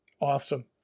Awesome